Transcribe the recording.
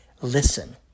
listen